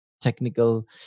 technical